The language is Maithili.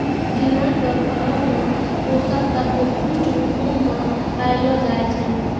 सोजिना के फरो मे पोषक तत्व पुष्ट रुपो मे पायलो जाय छै